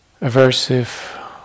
aversive